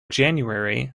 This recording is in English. january